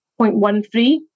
0.13